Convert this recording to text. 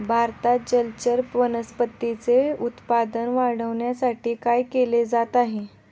भारतात जलचर वनस्पतींचे उत्पादन वाढविण्यासाठी काय केले जात आहे?